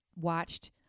watched